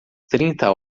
trinta